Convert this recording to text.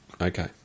Okay